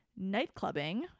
Nightclubbing